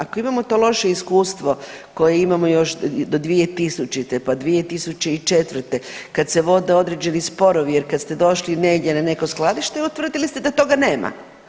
Ako imamo to loše iskustvo koje imamo još do 2000., pa 2004. kad se vode određeni sporovi jer kad ste došli negdje na neko skladište utvrdili ste da toga nema.